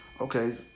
Okay